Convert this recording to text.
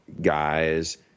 guys